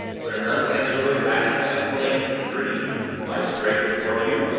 when an unanswerably rational explanation of the dream lies straight before you?